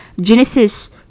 Genesis